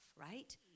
right